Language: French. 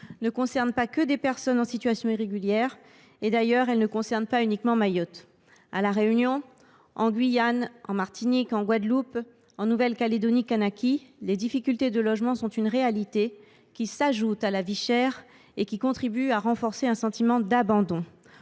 bidonvilles ou que des personnes en situation irrégulière. D’ailleurs, elle ne concerne pas uniquement Mayotte. À La Réunion, en Guyane, en Martinique, en Guadeloupe, en Nouvelle Calédonie Kanaky, les difficultés de logement sont une réalité, qui s’ajoute à la vie chère et qui contribue à renforcer un sentiment d’abandon.